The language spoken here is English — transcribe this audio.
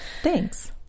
thanks